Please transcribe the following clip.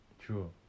True